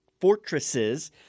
fortresses